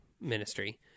ministry